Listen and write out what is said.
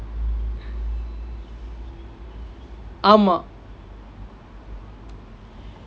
ஆமாம்:aamam